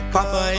Papa